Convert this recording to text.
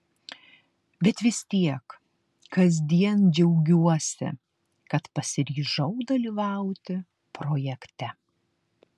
bet vis tiek kasdien džiaugiuosi kad pasiryžau dalyvauti projekte